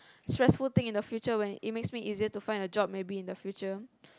stressful thing in the future when it makes it easier to find a job maybe in the future